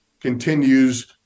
continues